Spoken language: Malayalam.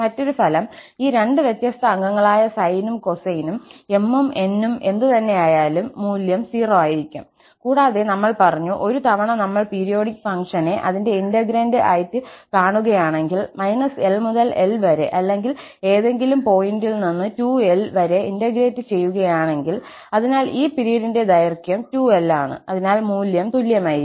മറ്റൊരു ഫലം ഈ രണ്ട് വ്യത്യസ്ത അംഗങ്ങളായ സൈനും കൊസൈനും m ഉം n ഉം എന്തുതന്നെയായാലും മൂല്യം 0 ആയിരിക്കും കൂടാതെ നമ്മൾ പറഞ്ഞു ഒരു തവണ നമ്മൾ പീരിയോഡിക് ഫംഗ്ഷനെ അതിന്റെ ഇന്റെഗ്രേണ്ട് ആയിട്ട് കാണുകയാണെങ്കിൽ −l മുതൽ l വരെ അല്ലെങ്കിൽ ഏതെങ്കിലും പോയിന്റിൽ നിന്ന് 2l ഇന്റഗ്രേറ്റ് ചെയ്യുകയാണെങ്കിൽ അതിനാൽ ഈ പിരീഡിന്റെ ദൈർഘ്യം 2l ആണ് അതിനാൽ മൂല്യം തുല്യമായിരിക്കും